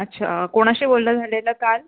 अच्छा कोणाशी बोलणं झालेलं काल